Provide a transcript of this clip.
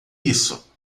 isso